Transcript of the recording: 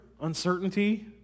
Uncertainty